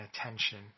attention